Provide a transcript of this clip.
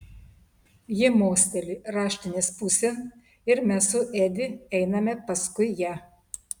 ji mosteli raštinės pusėn ir mes su edi einame paskui ją